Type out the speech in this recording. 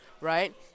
right